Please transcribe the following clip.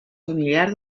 familiar